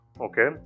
Okay